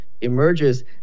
emerges